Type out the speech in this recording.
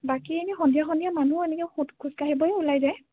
বাকী এনেই সন্ধিয়া সন্ধিয়া মানুহ এনেকৈ খোজ খোজ কাঢ়িবলৈয়ে ওলাই যায়